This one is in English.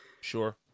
Sure